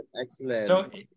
Excellent